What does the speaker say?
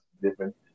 different